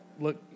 Look